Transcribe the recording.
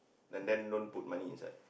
and then don't put money inside